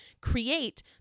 create